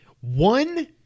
one